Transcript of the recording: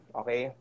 okay